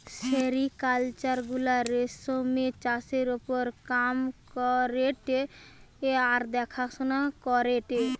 sericulture গুলা রেশমের চাষের ওপর কাম করেটে আর দেখাশোনা করেটে